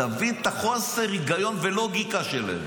תבין את חוסר ההיגיון והלוגיקה שלהם.